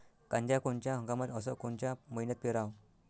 कांद्या कोनच्या हंगामात अस कोनच्या मईन्यात पेरावं?